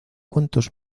cuántos